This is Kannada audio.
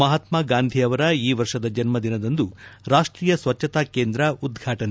ಮಹಾತ್ಮ ಗಾಂಧಿ ಅವರ ಈ ವರ್ಷದ ಜನ್ಮದಿನದಂದು ರಾಷ್ಟೀಯ ಸ್ವಚ್ಣತಾ ಕೇಂದ್ರ ಉದ್ಘಾಟನೆ